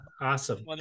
Awesome